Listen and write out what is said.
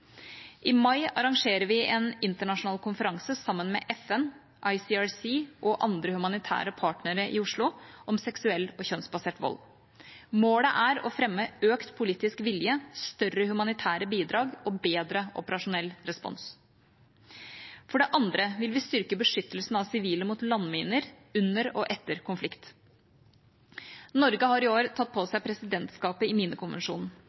I mai arrangerer vi en internasjonal konferanse – sammen med FN, ICRC og andre humanitære partnere – i Oslo om seksuell og kjønnsbasert vold. Målet er å fremme økt politisk vilje, større humanitære bidrag og bedre operasjonell respons. For det andre vil vi styrke beskyttelsen av sivile mot landminer under og etter konflikt. Norge har i år påtatt seg presidentskapet i